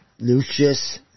Lucius